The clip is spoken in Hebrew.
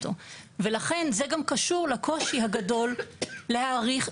ולכן זה גם קשור לקושי הגדול להעריך,